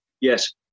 yes